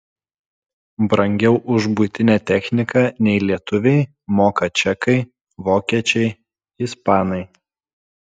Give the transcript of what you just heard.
brangiau už buitinę techniką nei lietuviai moka čekai vokiečiai ispanai